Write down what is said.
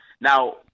Now